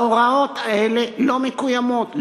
ההוראות האלה לא מקוימות,